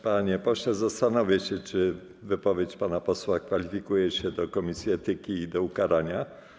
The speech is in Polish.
Panie pośle, zastanowię się, czy wypowiedź pana posła kwalifikuje się do komisji etyki i ukarania.